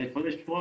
חודש טוב,